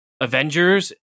Avengers